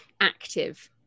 active